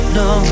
no